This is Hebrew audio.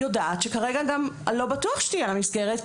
יודעת שלא בטוח שתהיה לה מסגרת,